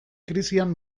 krisian